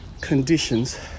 conditions